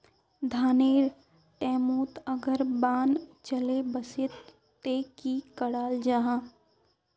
धानेर टैमोत अगर बान चले वसे ते की कराल जहा?